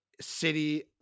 city